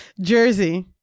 Jersey